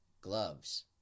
gloves